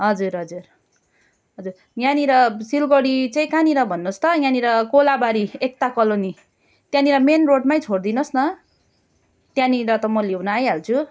हजुर हजुर हजुर यहाँनिर सिलगडी चाहिँ कहाँनिर भन्नु होस् त यहाँनिर कोलाबारी एक्ता कोलोनी त्यहाँनिर मेन रोडमै छोडी दिनु होस् न त्यहाँनिर त म ल्याउनु आइहाल्छु